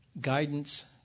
guidance